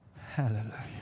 Hallelujah